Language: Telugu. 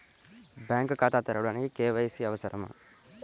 బ్యాంక్ ఖాతా తెరవడానికి కే.వై.సి అవసరమా?